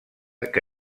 que